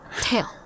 Tail